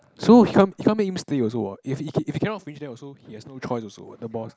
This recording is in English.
so he come he come to meet Mister Yeo also what if if if he cannot finish then also he has no choice also what the boss